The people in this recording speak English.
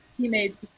teammates